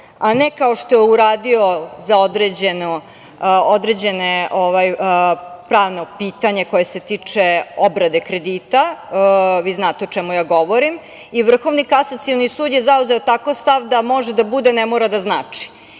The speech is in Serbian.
a ne kao što je uradio za određeno pravno pitanje koje se tiče obrade kredita, vi znate o čemu ja govorim. Vrhovni kasacioni sud je zauzeo takav stav da može da bude, a ne mora da znači.